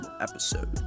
episode